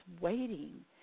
waiting